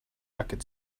racket